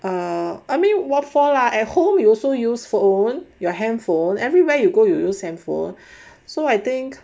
err I mean what for lah at home you also used phone your handphone everywhere you go you use them for so I think